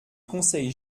conseils